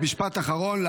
משפט אחרון.